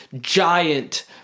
giant